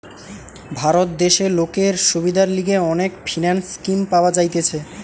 ভারত দেশে লোকের সুবিধার লিগে অনেক ফিন্যান্স স্কিম পাওয়া যাইতেছে